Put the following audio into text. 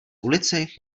ulici